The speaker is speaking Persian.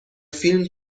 فیلم